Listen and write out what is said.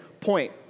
point